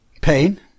Pain